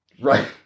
Right